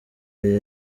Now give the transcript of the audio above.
aya